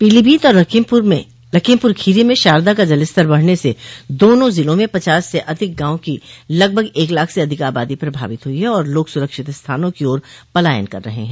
पीलीभीत और लखीमपुर खीरी में शारदा का जल स्तर बढ़ने से दोनों जिलों में पचास से अधिक गाँव की लगभग एक लाख से अधिक आबादो प्रभावित हुई है और लोग सुरक्षित स्थानों की ओर पलायन कर रहे है